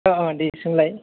अ अ दे सोंलाय